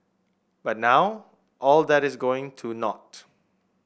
but now all that is going to naught